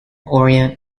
orient